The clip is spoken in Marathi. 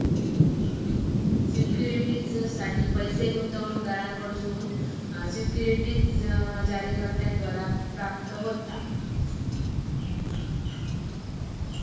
सिक्युरिटीजसाठी पैस गुंतवणूकदारांकडसून सिक्युरिटीज जारीकर्त्याद्वारा प्राप्त होता